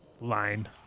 line